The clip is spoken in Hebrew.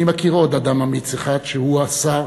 אני מכיר עוד אדם אמיץ אחד, שהוא השר